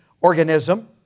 organism